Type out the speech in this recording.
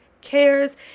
cares